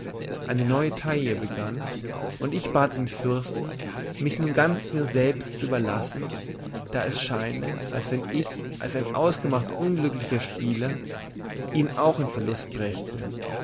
eine neue taille begann und ich bat den fürsten mich nun ganz mir selbst zu überlassen da es scheine als wenn ich als ein ausgemacht unglücklicher spieler ihn auch in verlust brächte